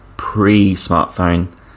pre-smartphone